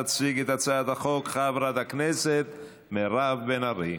תציג את הצעת החוק חברת הכנסת מירב בן ארי.